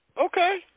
okay